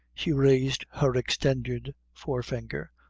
she raised her extended forefinger,